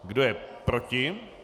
Kdo je proti?